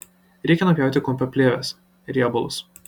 reikia nupjauti kumpio plėves riebalus